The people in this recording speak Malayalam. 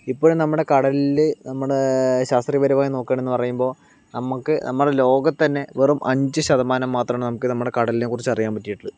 ഇപ്പോഴും നമ്മുടെ കടലില് നമ്മുടെ ശാസ്ത്രീയ പരമായി നോക്കാമെന്ന് പറയുമ്പോൾ നമുക്ക് നമ്മുടെ ലോകത്ത് തന്നെ വെറും അഞ്ചു ശതമാനം മാത്രമാണ് നമുക്ക് നമ്മുടെ കടലിനെ കുറിച്ച് അറിയാൻ പറ്റിയിട്ടുള്ളത്